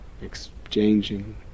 exchanging